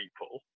people